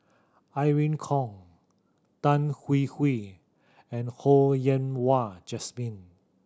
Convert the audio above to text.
Irene Khong Tan Hwee Hwee and Ho Yen Wah Jesmine